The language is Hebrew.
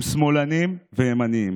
הם שמאלנים וימנים.